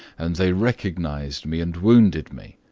and they recognized me, and wounded me.